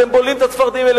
אתם בולעים את הצפרדעים האלה.